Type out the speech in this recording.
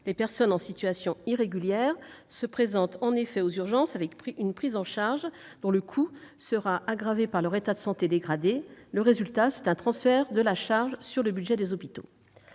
les personnes en situation irrégulière se présentent effectivement aux urgences, avec une prise en charge dont le coût sera aggravé par leur état de santé dégradé. Le résultat, c'est un transfert de la charge sur le budget des hôpitaux.